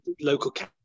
local